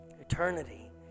eternity